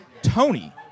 Tony